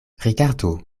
rigardu